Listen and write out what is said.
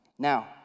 Now